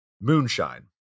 moonshine